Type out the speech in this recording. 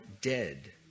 dead